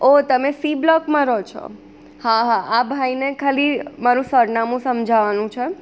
ઓ તમે સી બ્લોકમાં રહો છો હા હા આ ભાઈને ખાલી મારું સરનામું સમજાવવાનું છે